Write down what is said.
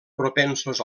propensos